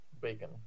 bacon